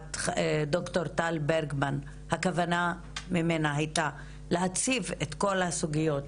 להגעת ד"ר טל ברגמן הייתה בחלקה במטרה שתציף את כל הסוגיות.